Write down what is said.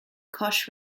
koch